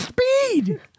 Speed